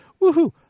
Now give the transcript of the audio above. woohoo